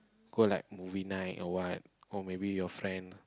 go like move night or what or maybe your friend